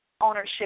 ownership